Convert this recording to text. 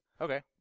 Okay